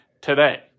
today